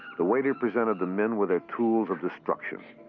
the waiter presented the men with their tools of destruction.